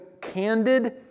candid